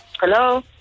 Hello